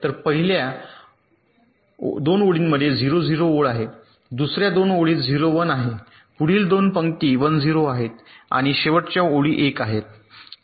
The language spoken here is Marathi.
तर पहिल्या 2 ओळींमध्ये 0 0 ओळ आहे दुसर्या 2 ओळीत 0 1 आहे पुढील 2 पंक्ती 1 0 आहेत आणि शेवटच्या ओळी 1 आहेत